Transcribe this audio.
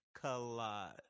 collide